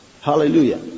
Hallelujah